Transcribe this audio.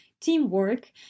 teamwork